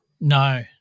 No